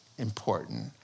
important